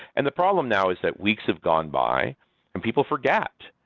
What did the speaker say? and the problem now is that weeks have gone by and people forget.